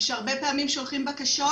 יש הרבה פעמים ששולחים בקשות,